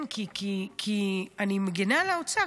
כי אני מגינה על האוצר,